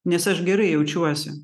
nes aš gerai jaučiuosi